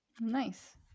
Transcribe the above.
Nice